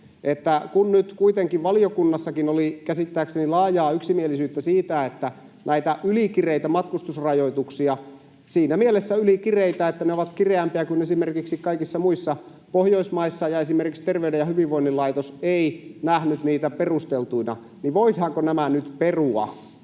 kun nyt kuitenkin valiokunnassakin oli käsittääkseni laajaa yksimielisyyttä näistä ylikireistä matkustusrajoituksista — ovat siinä mielessä ylikireitä, että ne ovat kireämpiä kuin esimerkiksi kaikissa muissa Pohjoismaissa ja esimerkiksi Terveyden ja hyvinvoinnin laitos ei nähnyt niitä perusteltuina — niin voidaanko nämä nyt perua?